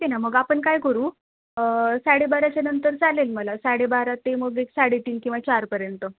ठीक आहे ना मग आपण काय करू साडेबाराच्या नंतर चालेल मला साडेबारा ते मग एक साडेतीन किंवा चारपर्यंत